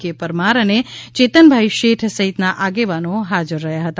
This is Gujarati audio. કે પરમાર અને ચેતનભાઈ શેઠ સહિતના આગેવાનો હાજર હતા